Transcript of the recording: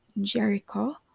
jericho